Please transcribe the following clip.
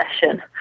session